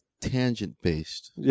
tangent-based